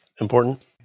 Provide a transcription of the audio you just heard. important